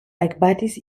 ekbatis